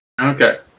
Okay